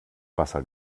wasser